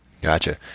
Gotcha